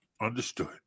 Understood